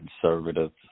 conservative